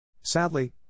Sadly